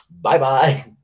Bye-bye